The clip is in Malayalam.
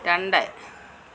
രണ്ട്